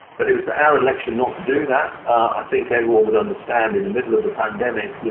but it was our election not to do that. i think everyone would understand, in the middle of the pandemic,